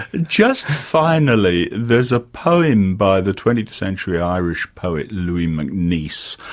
just finally, there's a poem by the twentieth century irish poet louis macneice,